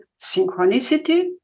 synchronicity